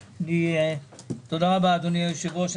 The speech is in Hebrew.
תודה רבה, אדוני היושב-ראש.